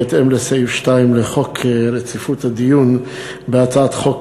בהתאם לסעיף 2 לחוק רציפות הדיון בהצעות חוק,